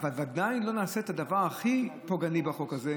אבל בוודאי לא נעשה את הדבר הכי פוגעני בחוק הזה,